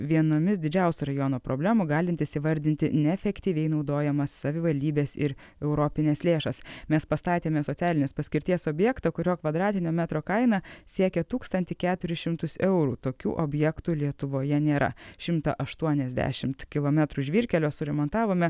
vienomis didžiausių rajono problemų galintis įvardinti neefektyviai naudojamas savivaldybės ir europines lėšas mes pastatėme socialinės paskirties objektą kurio kvadratinio metro kaina siekia tūkstantį keturį šimtus eurų tokių objektų lietuvoje nėra šimtą aštuoniasdešimt kilometrų žvyrkelio suremontavome